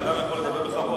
שאדם יוכל לדבר בכבוד.